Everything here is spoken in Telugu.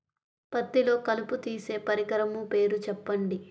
పత్తిలో కలుపు తీసే పరికరము పేరు చెప్పండి